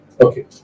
Okay